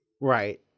Right